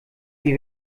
wie